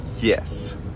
yes